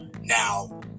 now